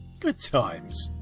good times.